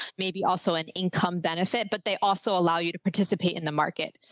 maybe also an income benefit, but they also allow you to participate in the market.